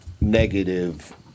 negative